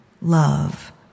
love